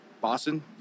Boston